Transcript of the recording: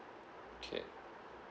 okay